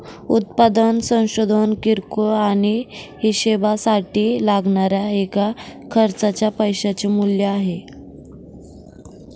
उत्पादन संशोधन किरकोळ आणि हीशेबासाठी लागणाऱ्या एका खर्चाच्या पैशाचे मूल्य आहे